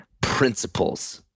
principles